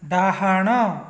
ଡାହାଣ